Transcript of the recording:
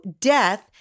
death